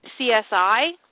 CSI